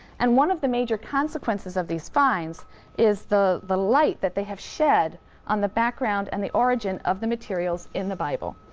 and one of the major consequences of these finds is the the light that they have shed on the background and the origin of the materials in the bible.